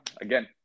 again